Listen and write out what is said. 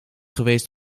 geweest